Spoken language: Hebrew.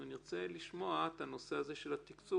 נרצה לשמוע על הנושא הזה של התקצוב